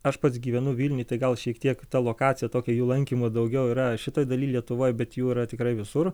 aš pats gyvenu vilniuj tai gal šiek tiek ta lokacija tokia jų lankymo daugiau yra šitoj daly lietuvoj bet jų yra tikrai visur